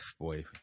boy